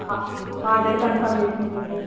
ఆ order confirm చేసుకుంటున్నాను madam